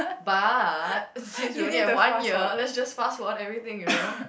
but since you only have one year let's just fast what everything you know